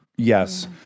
Yes